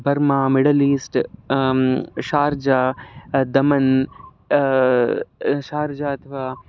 Burma Middle East Sharjah Daman Sharjah अथवा